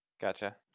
Gotcha